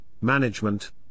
management